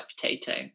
potato